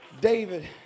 David